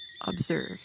Observe